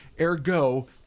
Ergo